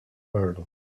pearl